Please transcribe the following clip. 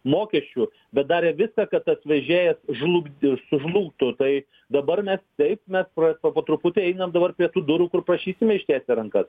mokesčių bet darė viską kad tas vežėjas žlugdy sužlugtų tai dabar mes taip mes projekto po truputį einam dabar prie tų durų kur prašysime ištiesę rankas